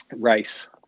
race